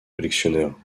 collectionneurs